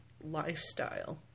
lifestyle